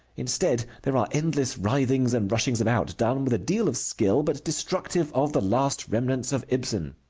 instead there are endless writhings and rushings about, done with a deal of skill, but destructive of the last remnants of ibsen.